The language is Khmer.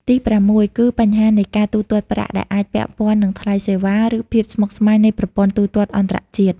ទីប្រាំមួយ គឺ បញ្ហានៃការទូទាត់ប្រាក់ ដែលអាចពាក់ព័ន្ធនឹងថ្លៃសេវា ឬភាពស្មុគស្មាញនៃប្រព័ន្ធទូទាត់អន្តរជាតិ។